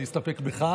אני אסתפק בך.